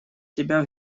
тебя